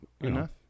Enough